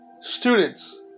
students